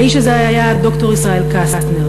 האיש הזה היה ד"ר ישראל קסטנר.